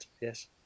yes